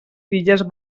filles